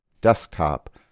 desktop